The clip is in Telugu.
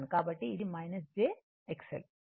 కాబట్టిఅది jXL